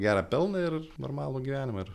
gerą pelną ir normalų gyvenimą ir